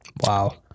Wow